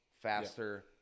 faster